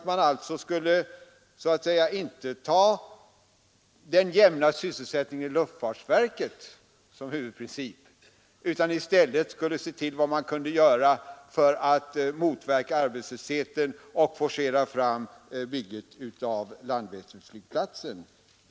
Man skulle med andra ord inte ha den jämna sysselsättningen i luftfartsverket som huvudprincip utan i stället se vad man kan göra för att motverka arbetslösheten och samtidigt forcera byggandet av Landvetterflygplatsen.